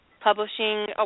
publishing